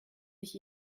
mich